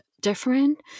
different